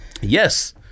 Yes